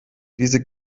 diese